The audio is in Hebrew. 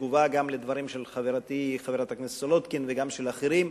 גם בתגובה לדברים של חברתי חברת הכנסת סולודקין וגם של אחרים: